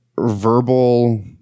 verbal